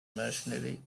mercenary